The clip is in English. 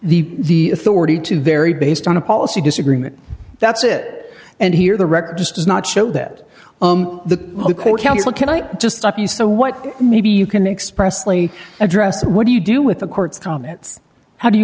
the authority to vary based on a policy disagreement that's it and here the record just does not show that the council can i just stop you so what maybe you can express lee address what do you do with the court's comments how do you